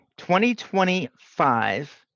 2025